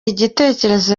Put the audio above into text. igitekerezo